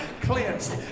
cleansed